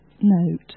note